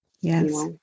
Yes